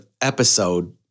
episode